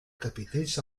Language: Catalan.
capitells